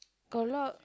a lot